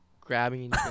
grabbing